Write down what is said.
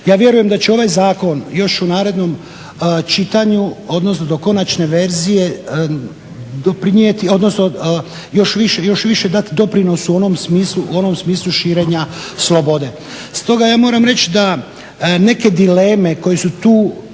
Ja vjerujem da će ovaj zakon još u narednom čitanju, odnosno do konačne verzije doprinijeti, odnosno još više dati doprinos u onom smislu širenja slobode. Stoga ja moram reći da neke dileme koje su tu